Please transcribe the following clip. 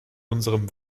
unserem